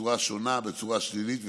בצורה שונה, בצורה שלילית וסטיגמטית.